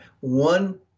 one